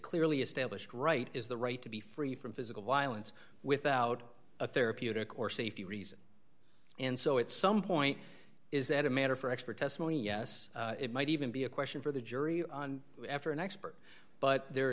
clearly established right is the right to be free from physical violence without a therapeutic or safety reason and so it's some point is that a matter for expert testimony yes it might even be a question for the jury after an expert but there